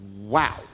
wow